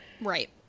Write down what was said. right